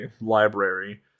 library